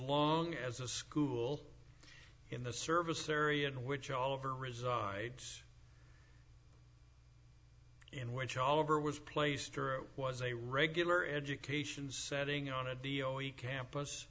long as the school in the service area which all over resides in which all over was placed through was a regular educations setting on a d o a campus